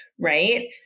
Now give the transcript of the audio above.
right